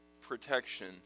protection